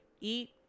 eat